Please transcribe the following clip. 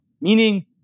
meaning